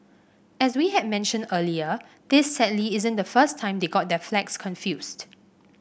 as we had mentioned earlier this sadly isn't the first time they got their flags confused